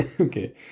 okay